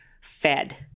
fed